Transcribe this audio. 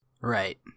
Right